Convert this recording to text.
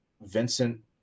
Vincent